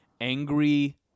Angry